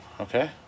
Okay